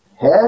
Head